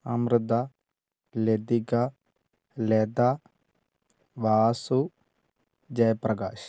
Amrita Latika Lata Vasu Jayaprakash